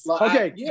Okay